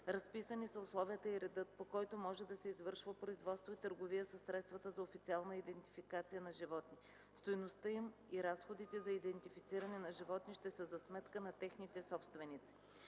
Разписани са условията и редът, по които може да се извършва производство и търговия със средствата за официална идентификация на животни. Стойността им и разходите за идентифициране на животните ще са за сметка на техните собственици.